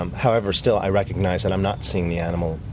um however, still i recognise that i am not seeing the animal.